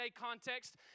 context